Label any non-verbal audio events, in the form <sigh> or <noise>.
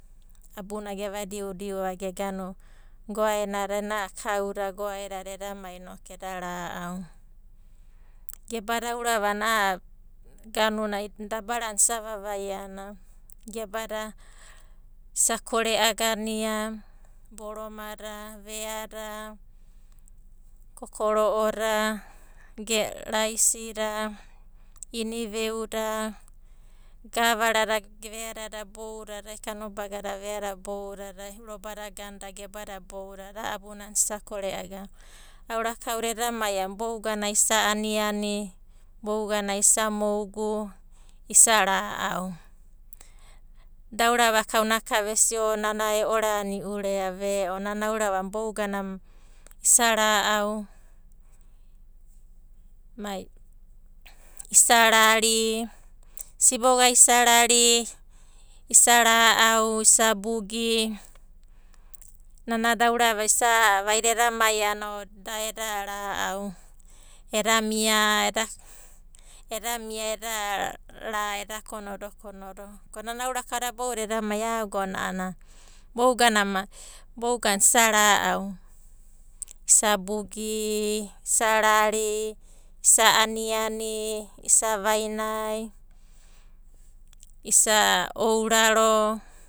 Abuna geva diudiuava <hesitation> goaenada ena kauda goaedada eda mai inoku eda ra'au. Gebada aurava a'ana a'a <hesitation> dabarana isa vavaia a'ana gebada isa kore agania, boromada, veada, kokoro'oda, raisida, iniveuda, gavarada veadada boudadai, na veanada boudadai, rabaoa gebadada boudadai, a'a abuna a'anana isa kore. Aurava kauda edamai a'adada, bouganai isa aniani, bouganai isa mougu, isa ra'au. Da aurava kauna ka vesia nana e'oraniu reava, ve'o nana aurava a'ana bouganai isa ra'au mai rari, siboga isa rari, isa ra'au, isa bugi. Nana da aurava <hesitation> vaida eda mai a'ana da eda ra'au, eda mia, eda ra, eda konodo konodo. Ko nana aurava kauda boudadaieda mai a'a agonai a'ana, bouganai isa ra'au, isa bugi, isa rari, isa aniani, isa vainai, isa auraro.